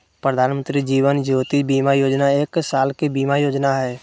प्रधानमंत्री जीवन ज्योति बीमा योजना एक साल के बीमा योजना हइ